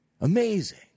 Amazing